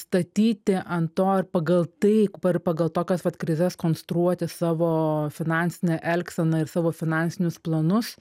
statyti ant to ir pagal tai pagal tokias vat krizes konstruoti savo finansinę elgseną ir savo finansinius planus